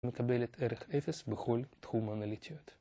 מקבלת ערך אפס בכל תחום אנליטיות.